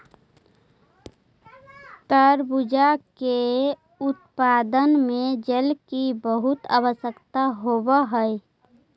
तरबूजा के उत्पादन में जल की बहुत आवश्यकता होवअ हई